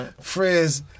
Frizz